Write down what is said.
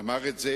איך אתה יודע?